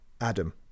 Adam